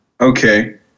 Okay